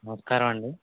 నమస్కారమండి